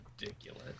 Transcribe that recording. ridiculous